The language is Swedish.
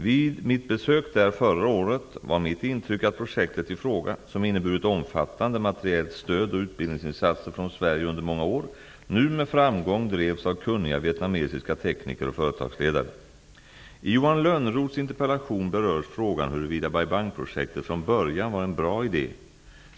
Vid mitt besök där förra året var mitt intryck att projektet i fråga, som inneburit omfattande materiellt stöd och utbildningsinsatser från Sverige under många år, nu med framgång drevs av kunniga vietnamesiska tekniker och företagsledare. I Johan Lönnroths interpellation berörs frågan huruvida Bai Bang-projektet från början var en bra idé.